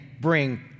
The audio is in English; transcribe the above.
bring